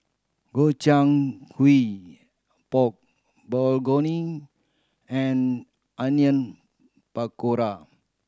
Gobchang Gui Pork Bulgogi and Onion Pakora